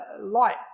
light